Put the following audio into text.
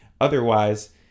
Otherwise